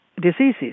diseases